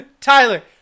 Tyler